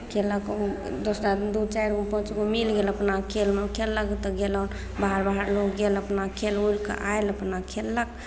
खेललक ओ दोसर आदमी दू चारि गो पाँच गो मिल गेल अपना खेलमे खेललक तऽ गयलहुँ बाहर बाहर लोक अपना गेल अपना खेल उल कऽ आयल अपना खेललक